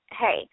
hey